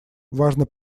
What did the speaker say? важно